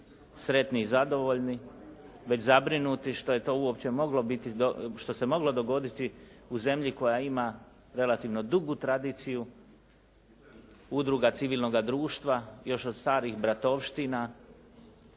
što je to uopće moglo biti, što se moglo dogoditi u zemlji koja ima relativno dugu tradiciju udruga civilnoga društva još od starih bratovština